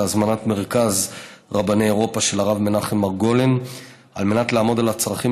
בהזמנת מרכז רבני אירופה של הרב מנחם מרגולין על מנת לעמוד על הצרכים